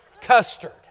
custard